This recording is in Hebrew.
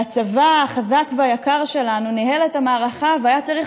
והצבא החזק והיקר שלנו ניהל את המערכה והיה צריך